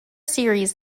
series